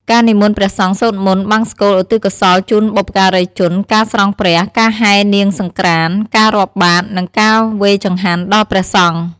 ការនិមន្តព្រះសង្ឃសូត្រមន្ត បង្សុកូលឧទ្ទិសកុសលជូនបុព្វការីជន ការស្រង់ព្រះ ការហែរនាងសង្ក្រាន្ត ការរាប់បាត្រ និងការវេរចង្ហាន់ដល់ព្រះសង្ឃ។